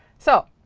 so